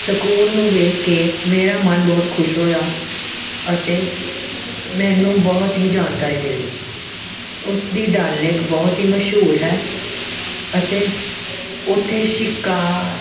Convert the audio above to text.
ਸਕੂਨ ਨੂੰ ਵੇਖ ਕੇ ਮੇਰਾ ਮਨ ਬਹੁਤ ਖੁਸ਼ ਹੋਇਆ ਅਤੇ ਮੈਨੂੰ ਬਹੁਤ ਹੀ ਜਾਣਕਾਰੀ ਮਿਲੀ ਉਸ ਦੀ ਡੱਲ ਲੇਕ ਬਹੁਤ ਹੀ ਮਸ਼ਹੂਰ ਹੈ ਅਤੇ ਉੱਥੇ ਸ਼ਿਕਾ